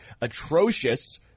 Atrocious